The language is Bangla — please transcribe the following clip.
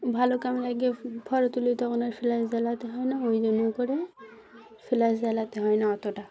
ভালো কামেরায় লাগে ফটো তুলি তখন আর ফ্ল্যাশ জ্বালাতে হয় না ওই জন্য করে ফ্লাশ জ্বালাতে হয় না অতটা